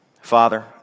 Father